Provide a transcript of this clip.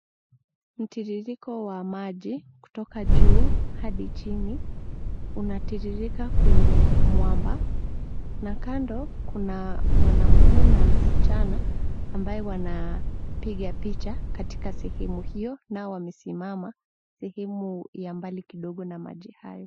Mtiririko wa maji kutoka juu hadi chini, unatiririka kwenye mwamba na kando kuna mwanaume na msichana ambaye wanapiga picha katika sehemu hiyo nao wamesimama sehemu ya mbali kidogo na maji hayo.